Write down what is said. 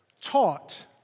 taught